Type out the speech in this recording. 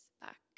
back